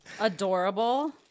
Adorable